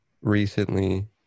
recently